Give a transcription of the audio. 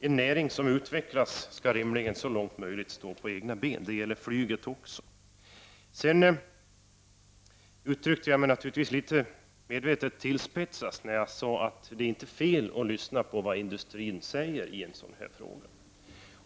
En näring som utvecklas skall rimligen så långt möjligt stå på egna ben, och detta gäller även flyget. Jag uttryckte mig naturligtvis litet medvetet tillspetsat när jag sade att det inte är fel att lyssna på vad industrin säger i en sådan här fråga.